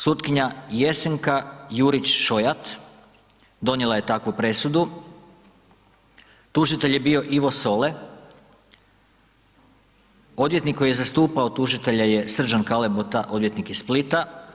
Sutkinja Jesenka Jurić Šojat donijela je takvu presudu, tužitelj je bio Ivo Sole, odvjetnik koji je zastupao tužitelja je Srđan Kalebota, odvjetnik iz Splita.